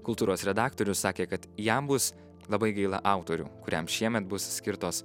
kultūros redaktorius sakė kad jam bus labai gaila autorių kuriam šiemet bus skirtos